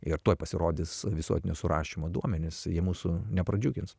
ir tuoj pasirodys visuotinio surašymo duomenys jie mūsų nepradžiugins